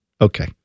Okay